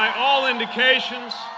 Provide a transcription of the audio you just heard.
all indications,